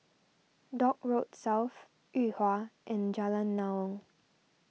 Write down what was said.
Dock Road South Yuhua and Jalan Naung